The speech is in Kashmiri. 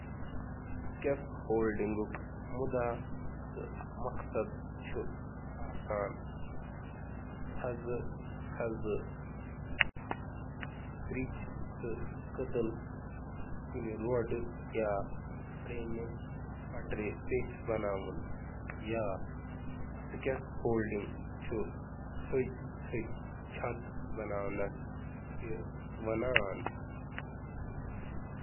پَنٛجہِ چُھ ریلوے لٲنن یا سڑکن پیٚٹھ کٔدٕل بناونس منٛز مدد کران تہٕ بٔڑۍ چھت بناونس منٛز مدد کران۔